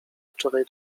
wczoraj